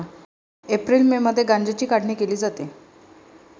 April May मध्ये गांजाची काढणी केली जाते